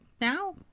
now